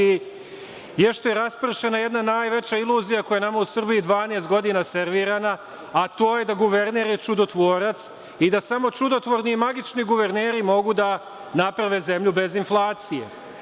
Jeste raspršena jedna najveća iluzija koja je nama u Srbiji 12 godina servirana, a to je da je guverner čudotvorac i da samo čudotvorni i magični guverneri mogu da naprave zemlju bez inflacije.